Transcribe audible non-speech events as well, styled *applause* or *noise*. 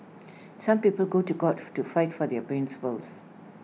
some people go to court *unintelligible* to fight for their principles